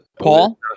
Paul